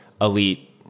elite